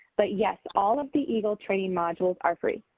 but, yes, all of the eagle training modules are free.